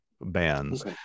bands